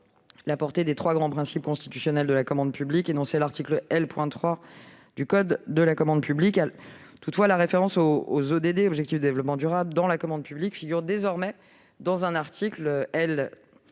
la portée des trois grands principes constitutionnels de la commande publique, énoncés à l'article L. 3 du code de la commande publique. Toutefois, la référence aux ODD dans la commande publique figure désormais dans un article L.